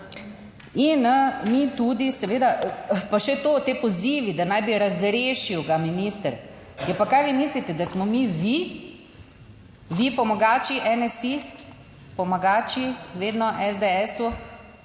In mi tudi seveda, pa še to, ti pozivi, da naj bi razrešil ga minister. Ja pa kaj, vi mislite, da smo mi vi? Vi pomagači, NSi, pomagači vedno SDS,